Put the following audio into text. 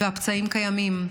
והפצעים קיימים.